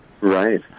Right